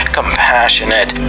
compassionate